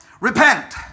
Repent